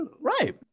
Right